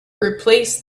replace